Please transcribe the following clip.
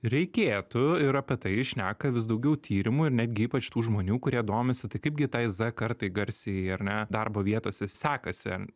reikėtų ir apie tai šneka vis daugiau tyrimų ir netgi ypač tų žmonių kurie domisi tai kaip gi tai z kartai garsiajai ar ne darbo vietose sekasi